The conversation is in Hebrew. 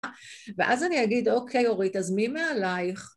ואז אני אגיד, אוקיי, אורית, אז מי מעליך?